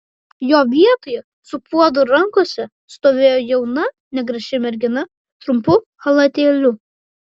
jo vietoje su puodu rankose stovėjo jauna negraži mergina trumpu chalatėliu